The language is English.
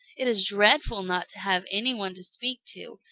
it is dreadful not to have any one to speak to,